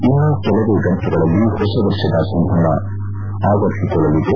ಇನ್ನೂ ಕೆಲವೆ ಗಂಟೆಗಳಲ್ಲಿ ಹೊಸ ವರ್ಷದ ಸಂಭ್ರಮ ಅವರಿಸಿಕೊಳ್ಳಲಿದೆ